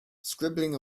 scribbling